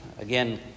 again